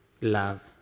love